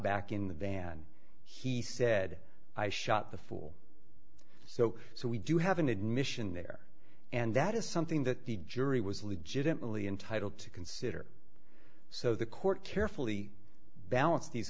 back in the van he said i shot the full so so we do have an admission there and that is something that the jury was legitimately entitled to consider so the court carefully balanced these